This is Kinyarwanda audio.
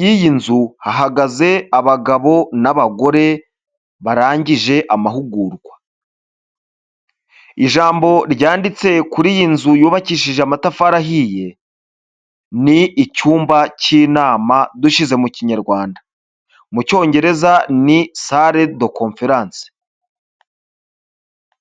yiy'inzu hahagaze abagabo n'abagore barangije amahugurwa, ijambo ryanditse kuri iyi nzu yubakishije amatafari ahiye ni icyumba cy'inama dushize mu kinyarwanda mu cyongereza ni SALLE DE CONFERENCEE.